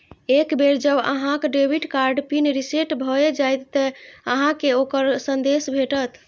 एक बेर जब अहांक डेबिट कार्ड पिन रीसेट भए जाएत, ते अहांक कें ओकर संदेश भेटत